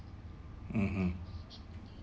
mmhmm